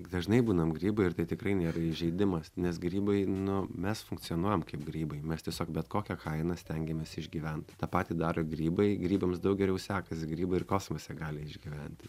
dažnai būnam grybai ir tai tikrai nėra įžeidimas nes grybai nu mes funkcionuojam kaip grybai mes tiesiog bet kokia kaina stengiamės išgyvent tą patį daro grybai grybams daug geriau sekas grybai ir kosmose gali išgyventi